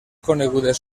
conegudes